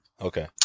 Okay